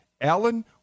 Alan